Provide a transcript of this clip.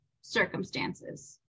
circumstances